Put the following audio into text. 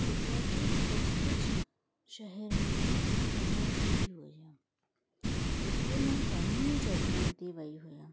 गुजरात जे कच्छ कुछ शहर में मां घुमण वई हुअमि हुते मां घणी ई जॻहायुनि ते वई हुअमि